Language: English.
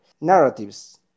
narratives